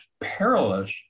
perilous